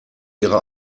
ihre